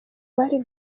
bari